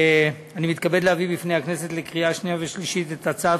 אני מתכבד להביא בפני הכנסת לקריאה שנייה ושלישית את הצעת